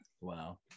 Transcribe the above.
wow